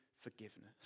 forgiveness